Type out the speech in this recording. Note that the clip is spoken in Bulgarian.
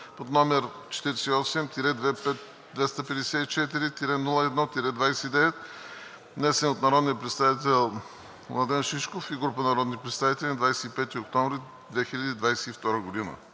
среда, № 48-254-01-29, внесен от народния представител Младен Шишков и група народни представители на 25 октомври 2022 г.“